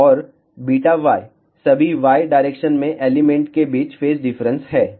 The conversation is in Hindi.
और βy सभी y डायरेक्शन में एलिमेंट के बीच फेज डिफरेंस है